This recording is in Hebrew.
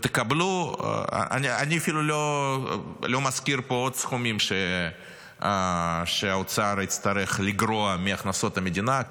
אני אפילו לא מזכיר פה עוד סכומים שהאוצר יצטרך לגרוע מהכנסות המדינה,